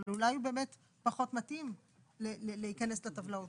אבל הוא באמת פחות מתאים להיכנס לטבלאות,